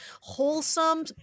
wholesome